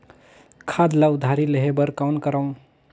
खाद ल उधारी लेहे बर कौन करव?